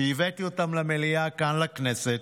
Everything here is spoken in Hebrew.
שהבאתי אותם למליאה כאן בכנסת,